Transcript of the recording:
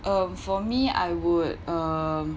um for me I would uh